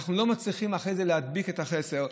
ואנחנו לא מצליחים אחרי זה להדביק את החסר.